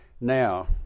Now